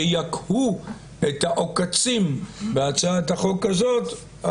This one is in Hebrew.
שיקהו את העוקצים בהצעת החוק הזאת,